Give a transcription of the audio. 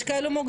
יש כאלה מוקדים?